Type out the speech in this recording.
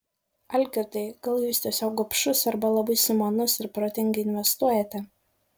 algirdai gal jūs tiesiog gobšus arba labai sumanus ir protingai investuojate